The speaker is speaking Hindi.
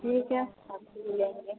ठीक है आपसे ही लेंगे